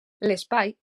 l’espai